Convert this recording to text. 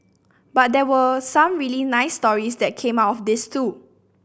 but there were some really nice stories that came off this too